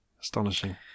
Astonishing